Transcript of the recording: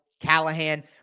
Callahan